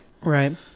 Right